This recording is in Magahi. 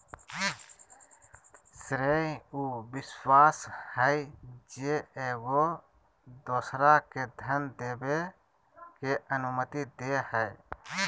श्रेय उ विश्वास हइ जे एगो दोसरा के धन देबे के अनुमति दे हइ